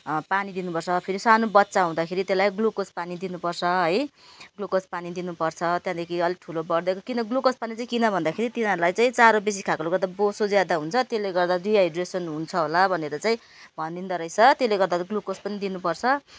पानी दिनु पर्छ फेरि सानो बच्चा हुँदाखेरि त्यसलाई ग्लुकोज पानी दिनु पर्छ है ग्लुकोज पानी दिनु पर्छ त्यहाँदेखि अलिक ठुलो बढ्दै किन ग्लुकोज पानी चाहिँ किन भन्दाखेरि तिनीहरूलाई चाहिँ चारो बेसी खाएकाले गर्दा बोसो ज्यादा हुन्छ त्यसले गर्दा डिहाइड्रेसन हुन्छ होला भनेर चाहिँ भनिँदो रहेछ त्यसले गर्दा ग्लुकोज पनि दिनु पर्छ